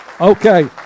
Okay